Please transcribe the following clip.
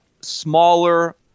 smaller